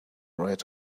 write